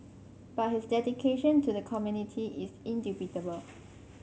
but his dedication to the community is indubitable